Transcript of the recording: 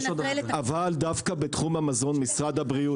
אבל דווקא בתחום המזון משרד הבריאות,